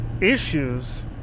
issues